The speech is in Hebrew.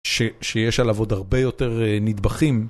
שיש עליו עוד הרבה יותר נדבכים.